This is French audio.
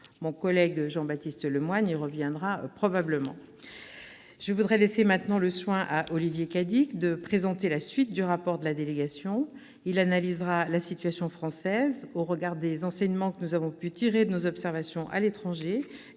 ; Jean-Baptiste Lemoyne y reviendra certainement. Je laisse maintenant le soin à Olivier Cadic de présenter la suite du rapport de la délégation : il analysera la situation française, au regard des enseignements que nous avons pu tirer de nos observations à l'étranger,